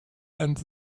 and